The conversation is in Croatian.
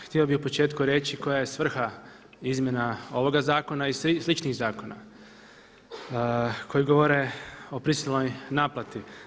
Htio bih u početku reći koja je svrha izmjena ovoga zakona i sličnih zakona koji govore o prisilnoj naplati.